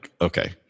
okay